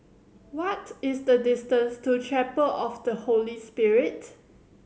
what is the distance to Chapel of the Holy Spirit